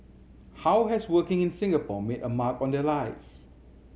how has working in Singapore made a mark on their lives